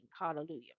hallelujah